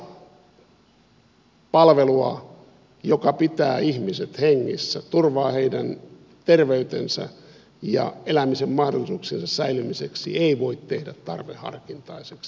sellaista palvelua joka pitää ihmiset hengissä ja turvaa heidän terveytensä heidän elämisen mahdollisuuksiensa säilymiseksi ei voi tehdä tarveharkintaiseksi